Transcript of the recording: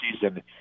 season